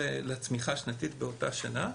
לצמיחה השנתית באותה שנה.